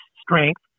strength